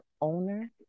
owner